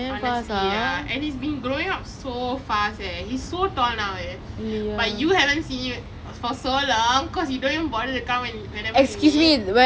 honestly ya and he's been growing up so fast eh he's so tall now eh but you haven't seen him for so long because you don't even bother to come and whenever we meet